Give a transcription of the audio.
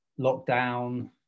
lockdown